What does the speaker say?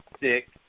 six